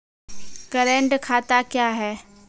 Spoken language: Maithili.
करेंट खाता क्या हैं?